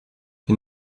you